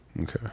Okay